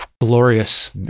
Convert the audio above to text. glorious